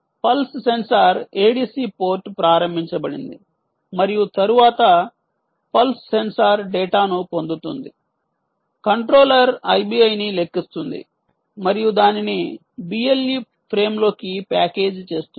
pulse sensor ADC port ప్రారంభించబడింది మరియు తరువాత పల్స్ సెన్సార్ డేటాను పొందుతుంది కంట్రోలర్ ఐబిఐని లెక్కిస్తుంది మరియు దానిని BLE ఫ్రేమ్లోకి ప్యాకేజీ చేస్తుంది